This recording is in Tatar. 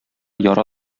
яра